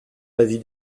l’avis